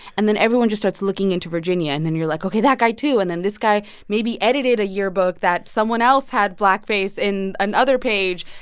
and then everyone just starts looking into virginia. and then you're like, ok, that guy too. and then this guy maybe edited a yearbook that someone else had blackface in another page.